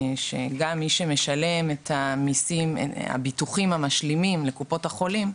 גם מי שמשלם את הביטוחים המשלימים לקופות החולים: